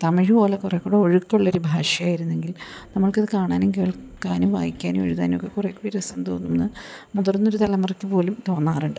തമിഴ് പോലെ കുറെ കൂടെ ഒഴുക്കുള്ളൊരു ഭാഷ ആയിരുന്നെങ്കിൽ നമ്മൾക്കിത് കാണാനും കേൾക്കാനും വായിക്കാനും എഴുതാനൊക്കെ കുറെ കൂടി രസം തോന്നുമെന്ന് മുതിർന്നൊരു തലമുറക്ക് പോലും തോന്നാറുണ്ട്